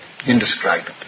Indescribable